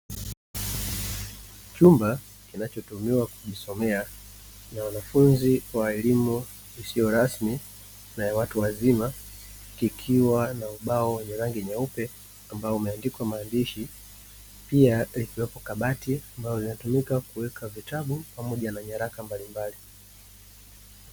Chumba kinachotumiwa kujisomea na wanafunzi wa elimu isiyo rasmi na ya watu wazima, kikiwa na ubao wenye rangi nyeupe ambao umeandikwa maandishi, pia likiwemo kabati ambalo linatumika kuweka vitabu pamoja na nyaraka mbalimbali.